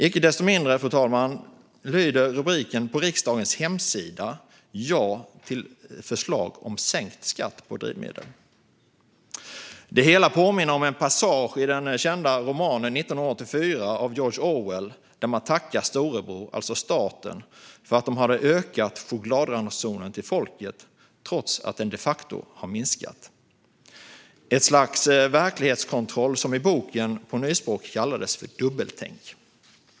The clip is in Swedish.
Icke desto mindre, fru talman, är texten på riksdagens hemsida att det ska bli ett ja på förslaget om sänkt skatt på drivmedel. Det hela påminner om en passage i den kända romanen 1984 av George Orwell där man tackar Storebror, alltså staten, för att ha ökat chokladransonen till folket trots att den de facto har minskat. Det är ett slags verklighetskontroll som i boken på nyspråk kallas dubbeltänk.